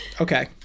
Okay